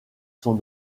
son